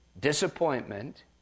disappointment